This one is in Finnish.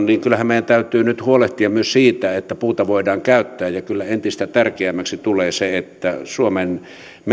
kyllähän meidän täytyy nyt huolehtia myös siitä että puuta voidaan käyttää kyllä entistä tärkeämmäksi tulee se että suomen